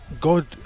God